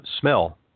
smell